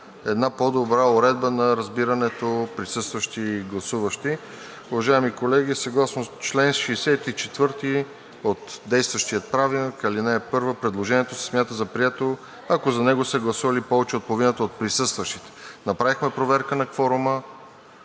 една по-добра уредба на разбирането присъстващи и гласуващи. Уважаеми колеги, съгласно чл. 64, ал. 1 от действащия Правилник предложението се смята за прието, ако за него са гласували повече от половината от присъстващите. Направихме проверка на кворума